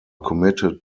committed